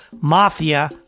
Mafia